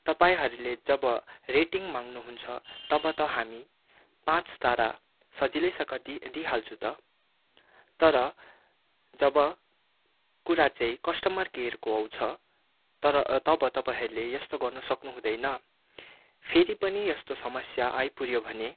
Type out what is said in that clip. तपाईँहरूले जब रेटिङ माग्नु हुन्छ तब त हामी पाँच तारा सजिलैसँग दि दिइहाल्छौँ त तर जब कुरा चाहिँ कस्टमर केयरको आउँछ तर तब तपाईँहरूले यस्तो गर्नु सक्नुहुँदैन फेरि पनि यस्तो समस्या आइपऱ्यो भने